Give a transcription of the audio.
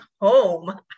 home